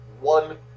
one